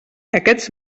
aquests